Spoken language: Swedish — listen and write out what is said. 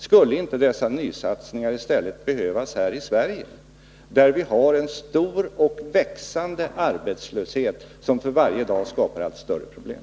Skulle inte dessa nysatsningar i stället behövas här i Sverige, där vi har en stor och växande arbetslöshet som för varje dag skapar allt större problem?